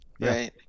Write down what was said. Right